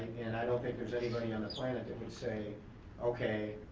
and i don't think there's anybody on the planet that would say okay,